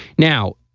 now,